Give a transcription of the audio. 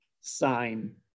sign